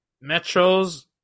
Metro's